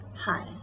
Hi